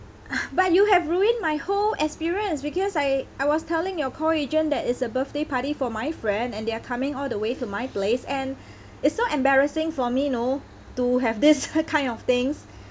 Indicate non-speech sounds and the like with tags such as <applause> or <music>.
<noise> but you have ruined my whole experience because I I was telling your call agent that it's a birthday party for my friend and they are coming all the way to my place and it's so embarrassing for me no to have this <laughs> kind of things